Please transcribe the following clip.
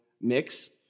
mix